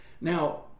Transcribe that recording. now